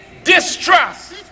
distrust